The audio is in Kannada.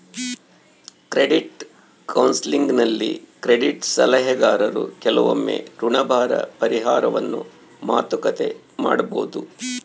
ಕ್ರೆಡಿಟ್ ಕೌನ್ಸೆಲಿಂಗ್ನಲ್ಲಿ ಕ್ರೆಡಿಟ್ ಸಲಹೆಗಾರರು ಕೆಲವೊಮ್ಮೆ ಋಣಭಾರ ಪರಿಹಾರವನ್ನು ಮಾತುಕತೆ ಮಾಡಬೊದು